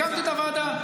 הקמתי את הוועדה,